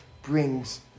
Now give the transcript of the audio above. brings